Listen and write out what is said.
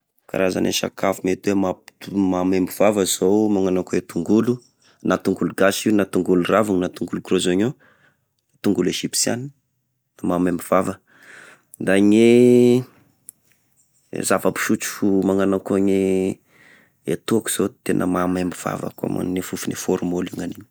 E karazany sakafo mety hoe mampit- mahamembo vava zap, magnano akone tongolo, na tongolo gasy io na tongolo ravina na tongolo gros oignon, tongolo egyptian, mahamembo vava, da gne zava-pisotro magnano akone e tôka zao tena mahamembo vava akô gnaniny e fofony fôrmôle io gnaniny.